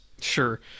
Sure